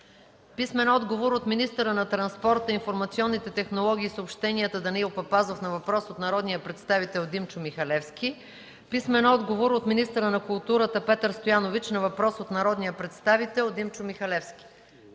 Михалевски; - министъра на транспорта, информационните технологии и съобщенията Данаил Папазов на въпрос от народния представител Димчо Михалевски; - министъра на културата Петър Стоянович на въпрос от народния представител Димчо Михалевски;